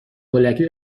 هولکی